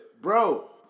Bro